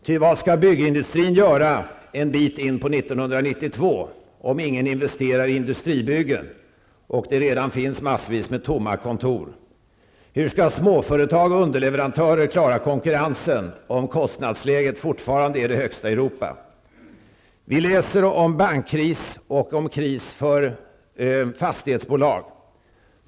Ty vad skall byggindustrin göra en bit in på 1992 om ingen investerar i industribyggen och det redan finns en mängd tomma kontor? Hur skall småföretag och underleverantörer klara konkurrensen om kostnadsläget fortfarande är det högsta i Europa? Vi läser om bankkris och kris för fastighetsbolag.